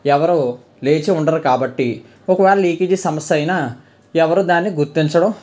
ఎవరు లేచి ఉండరు కాబట్టి ఒకవేళ లీకేజీ సమస్య అయినా ఎవరు దానిని గుర్తించడం